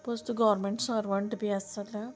plus तूं government servant बी आसा जाल्यार